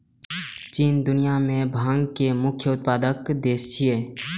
चीन दुनिया मे भांग के मुख्य उत्पादक देश छियै